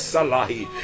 Salahi